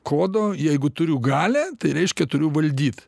kodo jeigu turiu galią tai reiškia turiu valdyt